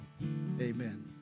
amen